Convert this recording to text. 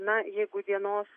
na jeigu dienos